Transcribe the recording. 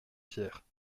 pierre